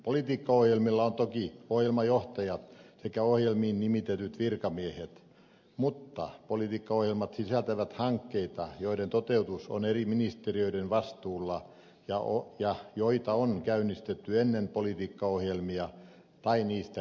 politiikkaohjelmilla on toki ohjelmajohtajat sekä ohjelmiin nimitetyt virkamiehet mutta politiikkaohjelmat sisältävät hankkeita joiden toteutus on eri ministeriöiden vastuulla ja joita on käynnistetty ennen politiikkaohjelmia tai niistä riippumatta